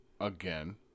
again